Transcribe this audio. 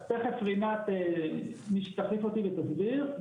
תיכף רינת תחליף אותי ותסביר.